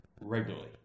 regularly